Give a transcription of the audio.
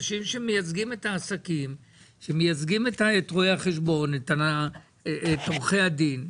אנשים שמייצגים את העסקים ומייצגים את רואי החשבון ואת עורכי הדין.